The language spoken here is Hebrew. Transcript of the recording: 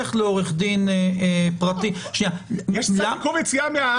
שילך לעורך דין פרטי --- יש צו עיכוב יציאה מהארץ.